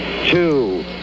two